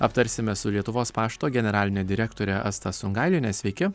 aptarsime su lietuvos pašto generaline direktore asta sungailienė sveiki